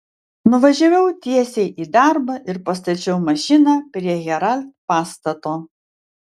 nuvažiavau tiesiai į darbą ir pastačiau mašiną prie herald pastato